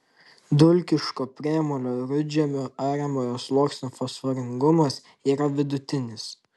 dulkiško priemolio rudžemio ariamojo sluoksnio fosforingumas yra vidutinis